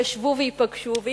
ייפגשו וישבו,